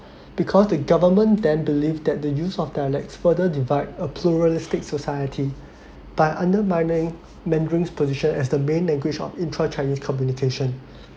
because the government then believe that the use of dialects further divide a pluralistic society by undermining mandarins position as the main language of intra chinese communication